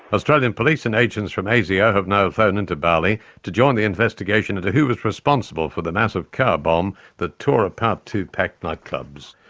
australian police and agents from asio have now flown into bali to join the investigation into who was responsible for the massive car bomb that tore apart two packed nightclubs.